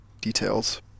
details